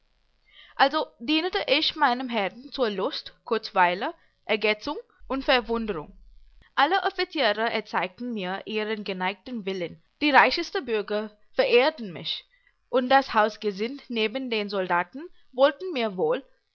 also dienete ich meinem herrn zur lust kurzweile ergetzung und verwunderung alle offizierer erzeigten mir ihren geneigten willen die reicheste bürger verehrten mich und das hausgesind neben den soldaten wollten mir wohl